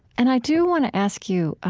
and i do want to ask you ah